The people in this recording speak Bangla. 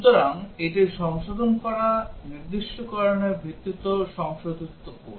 সুতরাং এটি সংশোধন করা নির্দিষ্টকরণের ভিত্তিতে সংশোধিত কোড